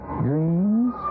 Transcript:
dreams